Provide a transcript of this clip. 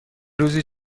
روزی